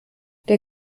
der